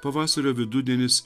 pavasario vidudienis